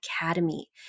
Academy